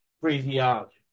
phraseology